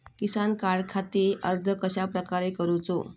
किसान कार्डखाती अर्ज कश्याप्रकारे करूचो?